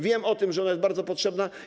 Wiem o tym, że ona jest bardzo potrzebna.